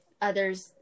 others